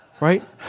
right